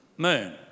moon